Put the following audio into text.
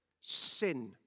sin